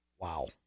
Wow